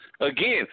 Again